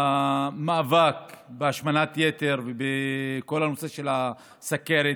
במאבק בהשמנת יתר ובכל הנושא של הסוכרת,